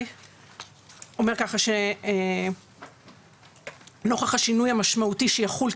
היא אומרת כך: "...נוכח השינוי המשמעותי שיחול,